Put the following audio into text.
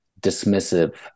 dismissive